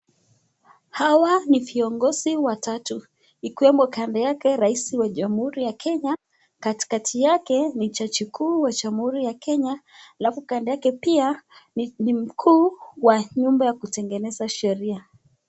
Hawa ni viongozi watatu ikiwemo kando yake Rais wa jamuhuri ya kenya katikati yake ni jaji kuu wa Jamuhuri ya Kenya alafu kando yake pia ni mkuu wa nyumba ya kutengeneza sheria.